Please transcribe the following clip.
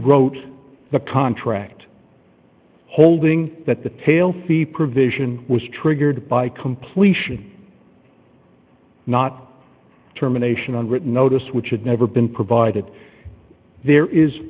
rewrote the contract holding that the tail fee provision was triggered by completion not terminations on written notice which had never been provided there is